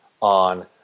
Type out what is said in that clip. on